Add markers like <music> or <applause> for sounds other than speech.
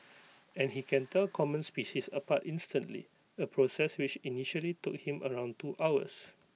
<noise> and he can tell common species apart instantly A process which initially took him around two hours